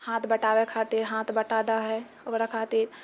हाथ बटाबै खातिर हाथ बटाबै हय ओकरा खातिर